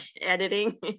editing